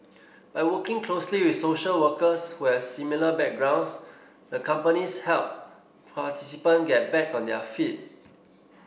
by working closely with social workers who has similar backgrounds the companies help participant get back on their feet